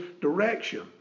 direction